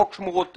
חוק שמורות טבע,